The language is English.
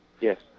Yes